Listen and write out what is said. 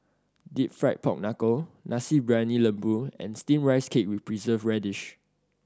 Deep Fried Pork Knuckle Nasi Briyani Lembu and Steamed Rice Cake with Preserved Radish